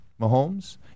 Mahomes